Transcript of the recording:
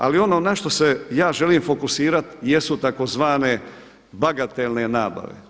Ali ono na što se ja želim fokusirati jesu tzv. bagatelne nabave.